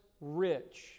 rich